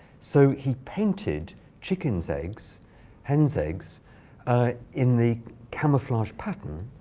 so he painted chickens' eggs hens' eggs in the camouflage pattern.